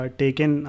taken